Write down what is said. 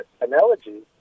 analogies